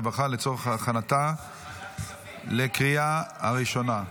והרווחה לצורך הכנתה לקריאה הראשונה.